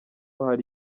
hari